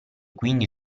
quindi